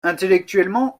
intellectuellement